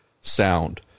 sound